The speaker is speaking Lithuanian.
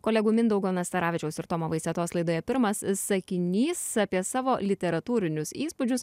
kolegų mindaugo nastaravičiaus ir tomo vaisetos laidoje pirmas sakinys apie savo literatūrinius įspūdžius